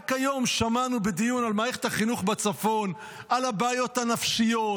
רק היום שמענו בדיון על מערכת החינוך בצפון על הבעיות הנפשיות,